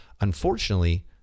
unfortunately